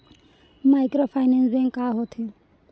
Microfinance bank का होथे?